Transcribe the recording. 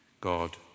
God